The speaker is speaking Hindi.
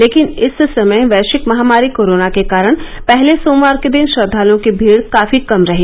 लेकिन इस समय वैश्विक महामारी कोरोना के कारण पहले सोमवार के दिन श्रद्दालुओं की भीड काफी कम रही